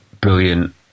brilliant